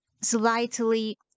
slightly